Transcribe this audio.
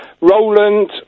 Roland